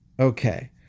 Okay